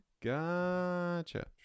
Gotcha